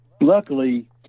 Luckily